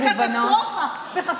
מגוונות, זו פשוט קטסטרופה בחסות בג"ץ.